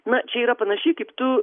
na čia yra panašiai kaip tu